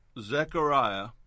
Zechariah